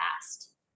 past